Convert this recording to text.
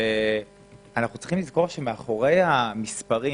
אנחנו צריכים לזכור שמאחורי המספרים